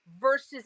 versus